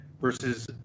versus